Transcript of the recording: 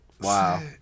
Wow